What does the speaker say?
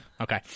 Okay